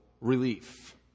relief